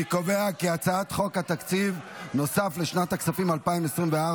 אני קובע כי הצעת חוק תקציב נוסף לשנת הכספים 2024,